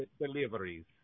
deliveries